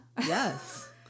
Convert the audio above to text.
Yes